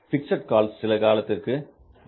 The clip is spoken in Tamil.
பிக்ஸட் காஸ்ட் சில காலத்திற்கு மறந்துவிட வேண்டும்